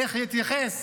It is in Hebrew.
איך יתייחס